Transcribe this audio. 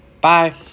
Bye